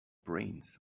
brains